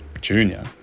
junior